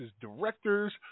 directors